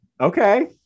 Okay